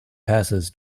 passes